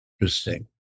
Interesting